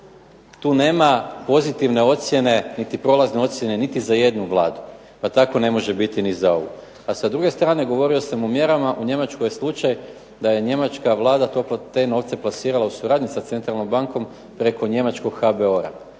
tu nema pozitivne ocjene niti prolazne ocjene niti za jednu vladu, pa tako ne može biti ni za ovu. A s druge strane govorio sam o mjerama, u Njemačkoj je slučaj da je njemačka Vlada te novce plasirala u suradnji sa centralnom bankom preko njemačkog HBOR-a.